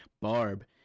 Barb